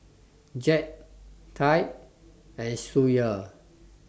Jett Taj and Schuyler